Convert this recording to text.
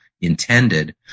intended